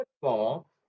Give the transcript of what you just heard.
football